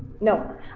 no